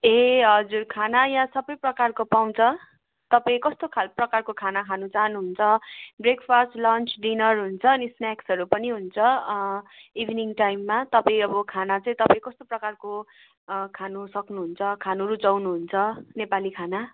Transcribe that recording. ए हजुर खाना यहाँ सबै प्रकारको पाउँछ तपाईँ कस्तो खाल प्रकारको खाना खानु चाहनु हुन्छ ब्रेकफास्ट लन्च डिनर हुन्छ अनि स्न्याक्सहरू पनि हुन्छ इभिनिङ टाइममा तपाईँ अब खाना चाहिँ तपाईँ कस्तो प्रकारको खानु सक्नुहुन्छ खानु रुचाउनु हुन्छ नेपाली खाना